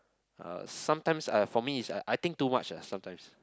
uh sometimes uh for me is a I think too much ah sometimes